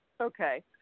Okay